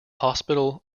hospital